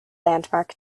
landmark